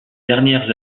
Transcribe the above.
dernières